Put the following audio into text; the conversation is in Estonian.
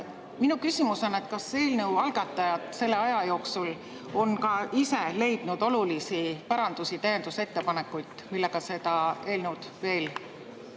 Minu küsimus on järgmine: kas eelnõu algatajad on selle aja jooksul ka ise leidnud olulisi parandusi või täiendusettepanekuid, millega seda eelnõu veel